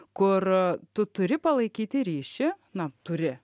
kur tu turi palaikyti ryšį na turi